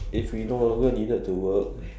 if we no longer needed to work